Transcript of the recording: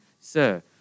Sir